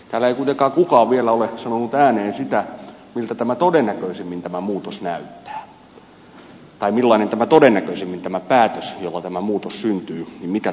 täällä ei kuitenkaan kukaan vielä ole sanonut ääneen sitä miltä tämä muutos todennäköisimmin näyttää tai millainen todennäköisimmin tämä päätös jolla tämä muutos syntyy on